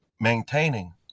maintaining